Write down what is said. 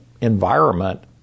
environment